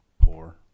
poor